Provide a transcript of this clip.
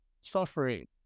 suffering